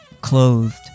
clothed